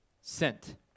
sent